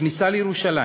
בכניסה לירושלים.